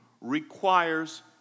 requires